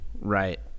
Right